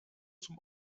zum